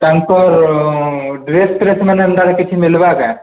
ତାଙ୍କର ଡ୍ରେସ୍ ଫ୍ରେସ ମାନେ ତାର କିଛି ମିଳିବ ଆଜ୍ଞା